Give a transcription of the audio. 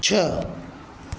छह